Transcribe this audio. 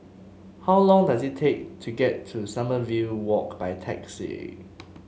how long does it take to get to Sommerville Walk by taxi